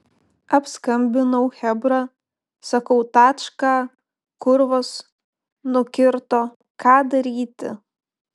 apskambinau chebra sakau tačką kurvos nukirto ką daryti